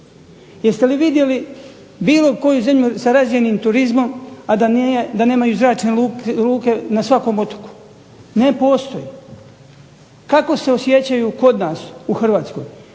Jeste li vidjeli bilo koju zemlju sa razvijenim turizmom,a da nemaju zračne luke na svakom otoku? Ne postoji. Kako se osjećaju kod nas u Hrvatskoj?